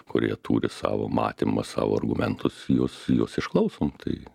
kurie turi savo matymą savo argumentus juos juos išklausom tai